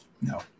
no